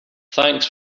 thanks